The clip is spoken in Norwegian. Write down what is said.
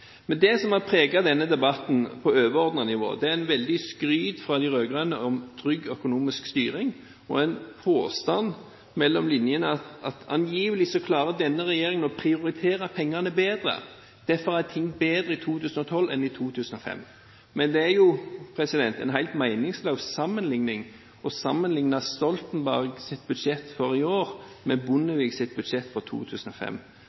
Det som har preget denne debatten på overordnet nivå, er mye skryt fra de rød-grønne om en trygg økonomisk styring, med en påstand om – mellom linjene – at angivelig klarer denne regjeringen å prioritere pengene bedre. Derfor er ting bedre i 2012 enn de var i 2005. Men det er helt meningsløst å sammenligne Stoltenberg-regjeringens budsjett for i år med Bondevik-regjeringens budsjett for 2005, for utgiftssiden i år